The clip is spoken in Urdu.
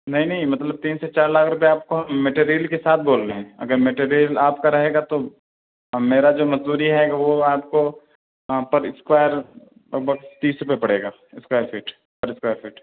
نہیں نہیں مطلب تین سے چار لاکھ روپیہ آپ کو مٹیریل کے ساتھ بول رہے اگر مٹیریل آپ کا رہے گا تو میرا جو مزدوری ہے وہ آپ کو پر اسکوائر لگ بھگ تیس روپئے پڑے گا اسکوائر فٹ پر اسکوائر فٹ